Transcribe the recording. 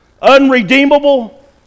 Unredeemable